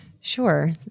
Sure